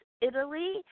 Italy